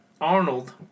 Arnold